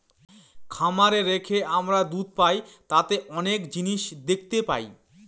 খামারে রেখে আমরা দুধ পাই তাতে অনেক জিনিস দেখতে হয়